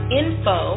info